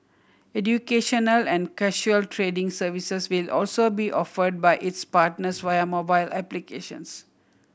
educational and casual trading services will also be offered by its partners via mobile applications